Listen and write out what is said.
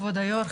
כבוד היו"ר,